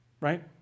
right